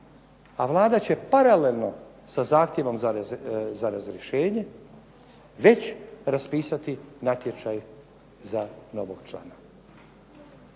a Vlada će paralelno sa zahtjevom za razrješenje već raspisati natječaj za novog člana.